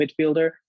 midfielder